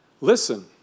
Listen